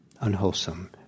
unwholesome